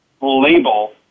label